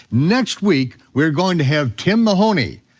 next week, we're going to have tim mahoney,